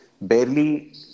barely